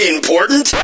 Important